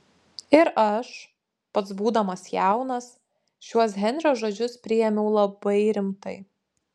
ir aš pats būdamas jaunas šiuos henrio žodžius priėmiau labai rimtai